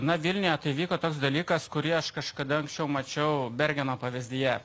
na vilniuje įvyko toks dalykas kurį aš kažkada anksčiau mačiau bergeno pavyzdyje